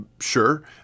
Sure